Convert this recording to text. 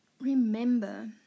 remember